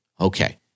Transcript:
Okay